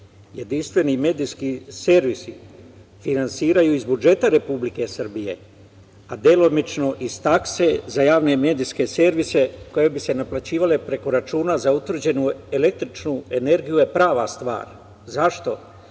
jedinstveni medijski servisi finansiraju iz budžeta Republike Srbije, a delimično iz takse za javne medijske servise, koje bi se naplaćivale preko računa za utvrđenu električnu energiju je prava stvar. Zašto?